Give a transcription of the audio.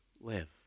live